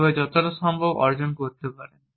তবে যতটা সম্ভব অর্জন করতে পারে